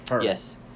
yes